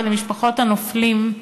ולמשפחות הנופלים,